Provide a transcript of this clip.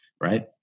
Right